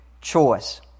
choice